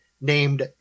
named